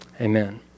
Amen